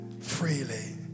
freely